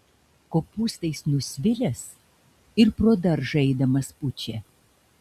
kopūstais nusvilęs ir pro daržą eidamas pučia